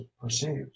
perceived